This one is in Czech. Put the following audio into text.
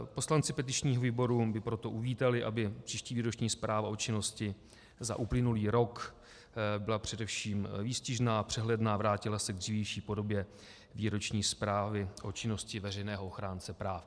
Poslanci petičního výboru by proto uvítali, aby příští výroční zpráva o činnosti za uplynulý rok byla především výstižná, přehledná, vrátila se k dřívější podobě výroční zprávy o činnosti veřejného ochránce práv.